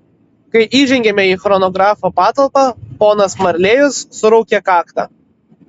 kai įžengėme į chronografo patalpą ponas marlėjus suraukė kaktą